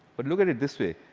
but look at it this way.